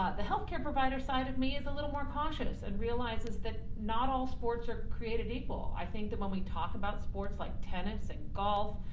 the healthcare provider side of me is a little more cautious and realizes that not all sports are created equal. i think that when we talk about sports like tennis and golf,